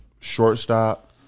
Shortstop